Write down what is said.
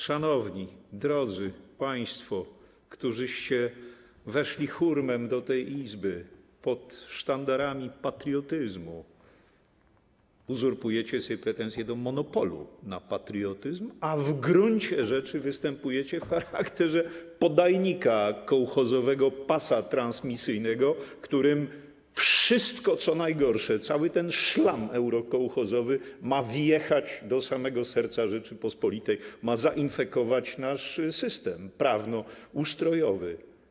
Szanowni, drodzy państwo, którzyście weszli hurmem do tej Izby pod sztandarami patriotyzmu, uzurpujecie sobie pretensje do monopolu na patriotyzm, a w gruncie rzeczy występujecie w charakterze podajnika, kołchozowego pasa transmisyjnego, którym wszystko, co najgorsze, cały ten szlam eurokołchozowy, ma wjechać do samego serca Rzeczypospolitej, ma zainfekować nasz system prawnoustrojowy.